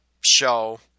Show